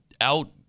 out